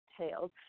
tails